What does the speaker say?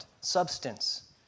substance